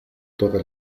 todo